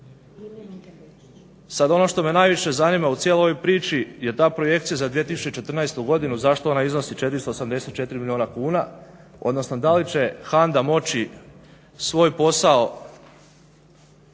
Sad ono što me najviše zanima u cijeloj ovoj priči je ta projekcija za 2014. godinu zašto ona iznosi 484 milijuna kuna odnosno da li će HANDA moći svoj posao